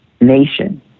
nation